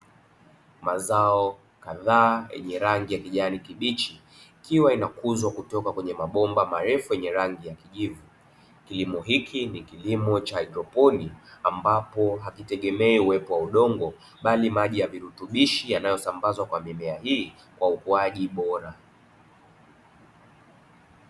Mazao kadhaa yenye rangi ya kijani kibichi, yakiwa yanakuzwa kutoka kwenye mabomba marefu yenye rangi ya kijivu. Kilimo hiki ni kilimo cha haidroponi ambapo hakitegemei uwepo wa udongo bali maji ya virutubishi yanayosambazwa kwa mimea hii kwa ukuaji bora.